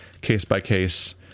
case-by-case